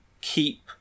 keep